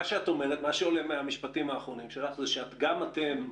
מה שעולה מהמשפטים האחרונים שלך זה שגם אתם,